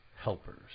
helpers